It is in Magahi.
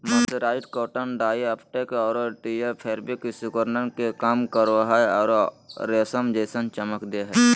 मर्सराइज्ड कॉटन डाई अपटेक आरो टियर फेब्रिक सिकुड़न के कम करो हई आरो रेशम जैसन चमक दे हई